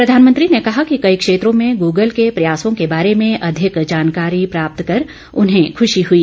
प्रधानमंत्री ने कहा कि कई क्षेत्रों में गूगल के प्रयासों के बारे में अधिक जानकारी प्राप्त कर उन्हें खूशी हुई